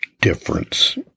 difference